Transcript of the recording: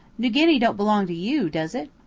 new guinea don't belong to you, does it?